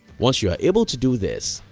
once you are able to do this,